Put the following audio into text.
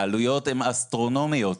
העלויות הן אסטרונומיות.